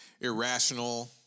irrational